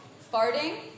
farting